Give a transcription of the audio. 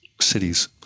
cities